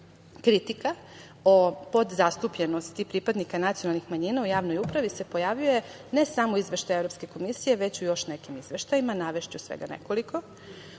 o podzastupljenosti pripadnika nacionalnih manjina u javnoj upravi se pojavljuje ne samo u Izveštaju Evropske komisije, već i u još nekim izveštajima. Navešću svega nekoliko. Na